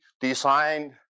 designed